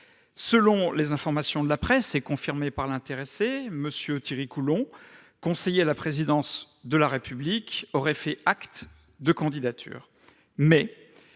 Selon les informations de la presse, confirmées par l'intéressé, M. Thierry Coulhon, conseiller à la présidence de la République, aurait fait acte de candidature.